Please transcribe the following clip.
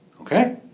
Okay